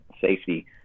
safety